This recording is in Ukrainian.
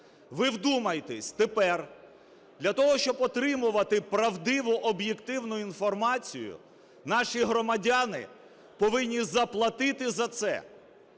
Ви вдумайтесь: тепер для того, щоб отримувати правдиву об'єктивну інформацію, наші громадяни повинні заплатити за це.